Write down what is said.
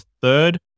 third